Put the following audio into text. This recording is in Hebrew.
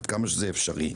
עד כמה שזה אפשרי,